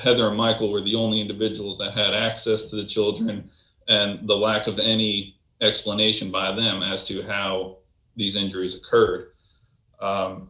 heather michael were the only individual that had access to the children and the lack of any explanation by them as to how these injuries